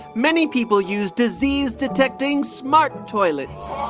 many people use disease-detecting smart toilets